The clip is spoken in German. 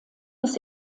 des